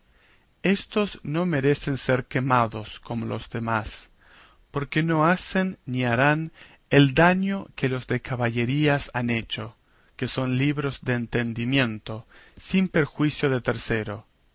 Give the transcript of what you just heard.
éstos no merecen ser quemados como los demás porque no hacen ni harán el daño que los de caballerías han hecho que son libros de entendimiento sin perjuicio de tercero